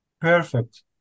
perfect